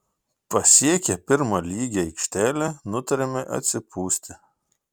pasiekę pirmą lygią aikštelę nutarėme atsipūsti